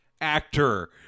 actor